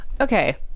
okay